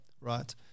Right